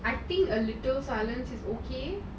I think a little silence is okay